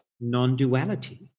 non-duality